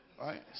Right